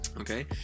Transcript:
Okay